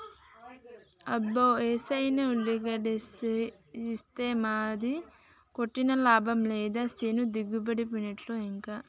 అబ్బో ఏసేనైనా ఉల్లికాడేసి ఇస్తే ఏ మందు కొట్టినా లాభం లేదు సేను దిగుబడిపోయినట్టే ఇంకా